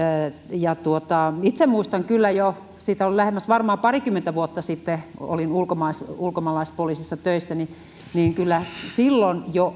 itse muistan kyllä jo siitä on varmaan lähemmäs parikymmentä vuotta kun olin ulkomaalaispoliisissa töissä että kyllä jo